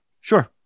Sure